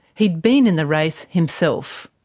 he'd been in the race himself.